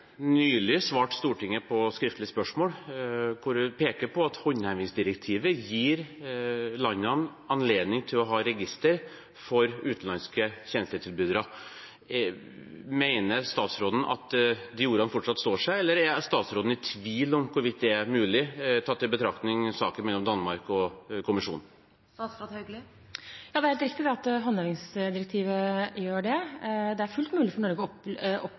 nylig svart Stortinget på skriftlige spørsmål, hvor hun peker på at håndhevingsdirektivet gir landene anledning til å ha registre over utenlandske tjenestetilbydere. Mener statsråden at de ordene fortsatt står seg, eller er statsråden i tvil om hvorvidt det er mulig, tatt i betraktning saken mellom Danmark og kommisjonen? Det er helt riktig at håndhevingsdirektivet gjør det. Det er fullt mulig for Norge å opprette et helt nytt register under Arbeidstilsynet med det som formål, men å bygge opp